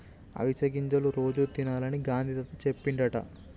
అవిసె గింజలు రోజు తినాలని గాంధీ తాత చెప్పిండట